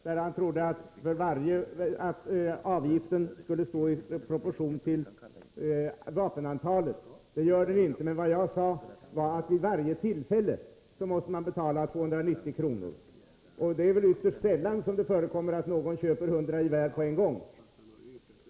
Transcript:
Herr talman! Herr Lidgard hade missuppfattat mig när han trodde att jag sade att avgiften skulle stå i proportion till vapenantalet. Det gör den inte. Vad jag sade var att man vid varje tillfälle måste betala 290 kr. Det förekommer nog ytterst sällan att någon köper 100 gevär på en gång.